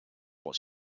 what